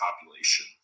population